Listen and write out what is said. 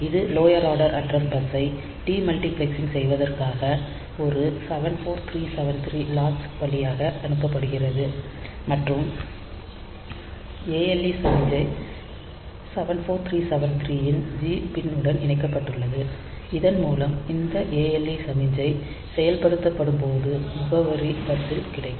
இது lower order address பஸ்ஸை demultiplexing செய்வதற்காக ஒரு 74373 லாட்சு வழியாக அனுப்பப்படுகிறது மற்றும் ALE சமிக்ஞை 74373 இன் g பின் உடன் இணைக்கப்பட்டுள்ளது இதன் மூலம் இந்த ALE சமிக்ஞை செயல்படுத்தப்படும் போது முகவரி பஸ்ஸில் கிடைக்கும்